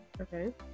Okay